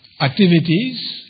activities